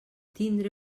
tindre